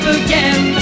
again